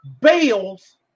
bales